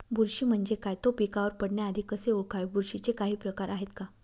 बुरशी म्हणजे काय? तो पिकावर पडण्याआधी कसे ओळखावे? बुरशीचे काही प्रकार आहेत का?